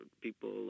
people